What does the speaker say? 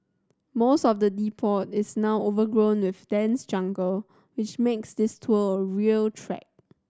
most of the depot is now overgrown with dense jungle which makes this tour a real trek